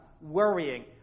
worrying